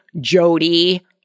Jody